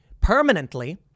permanently